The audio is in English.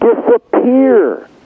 disappear